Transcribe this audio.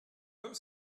comme